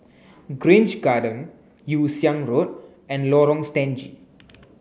Grange Garden Yew Siang Road and Lorong Stangee